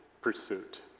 pursuit